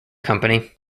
company